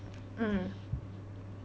mm